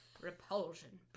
Repulsion